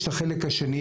יש את החלק השני,